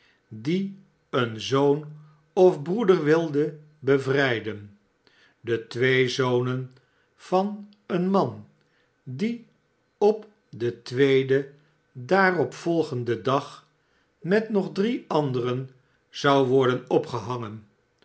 die een zoon of broeder wilde bevrijden de twee zonen van een man die op den tweeden daarop volgenden dag met nog drie anderen zou worden opgehangen